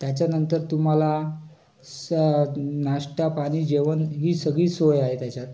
त्याच्यानंतर तुम्हाला स नाष्टा पाणी जेवण ही सगळी सोय आहे तेच्यात